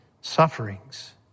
sufferings